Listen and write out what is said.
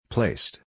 Placed